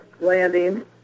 Landing